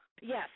Yes